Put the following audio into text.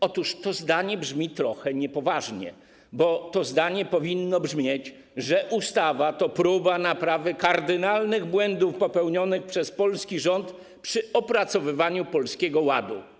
Otóż to zdanie brzmi trochę niepoważnie, bo to zdanie powinno brzmieć, że ustawa to próba naprawy kardynalnych błędów popełnionych przez polski rząd przy opracowywaniu Polskiego Ładu.